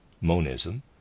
monism